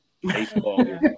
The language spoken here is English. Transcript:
Baseball